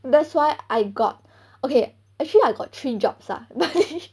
that's why I got okay actually I got three jobs lah